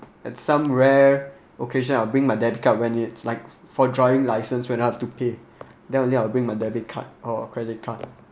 at some rare occasion I will bring my debit card when it's like for driving license when I'll have to pay then only I will bring my debit card or credit card